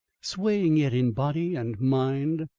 swaying yet in body and mind,